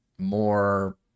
More